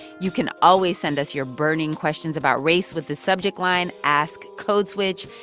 you can always send us your burning questions about race with the subject line ask code switch.